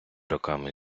роками